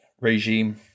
regime